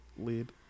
lead